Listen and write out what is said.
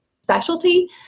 specialty